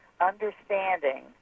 understanding